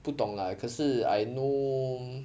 不懂 lah 可是 I know